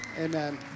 Amen